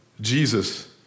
Jesus